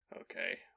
Okay